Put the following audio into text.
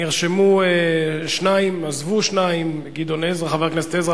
נרשמו שניים, עזבו שניים: חבר הכנסת עזרא.